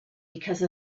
because